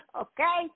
okay